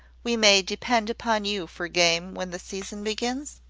we may depend upon you for game when the season begins?